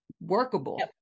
workable